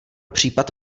případ